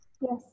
Yes